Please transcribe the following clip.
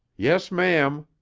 yes, ma'am,